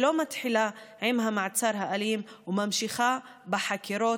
שלא מתחילה עם המעצר האלים אך ממשיכה בחקירות,